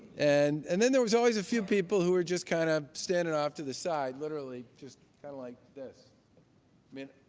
and and then there was always a few people who were just kind of standing off to the side, literally, just kind of like this. i mean,